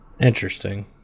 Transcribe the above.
Interesting